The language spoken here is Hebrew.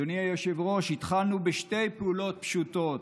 אדוני היושב-ראש, התחלנו בשתי פעולות פשוטות: